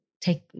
take